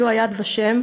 בסיוע "יד ושם",